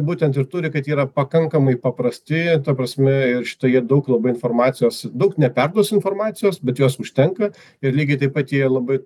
būtent ir turi kad jie yra pakankamai paprasti ta prasme ir šito jie daug labai informacijos daug neperduosi informacijos bet jos užtenka ir lygiai taip pat jie labai